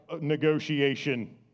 negotiation